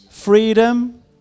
Freedom